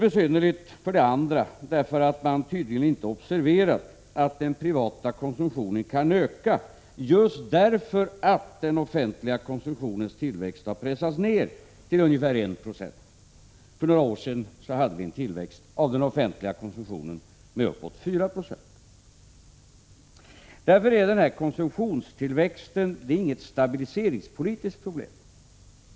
För det andra är det besynnerligt för att man tydligen inte har observerat att den privata konsumtionen kan öka just för att den offentliga konsumtionens tillväxt har pressats ned till ungefär 1 90. För några år sedan hade vi en tillväxt av den offentliga konsumtionen på uppåt 4 20. Därför är konsumtionstillväxten inget stabiliseringspolitiskt problem.